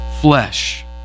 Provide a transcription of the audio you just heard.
flesh